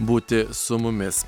būti su mumis